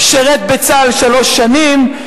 שירת בצה"ל שלוש שנים,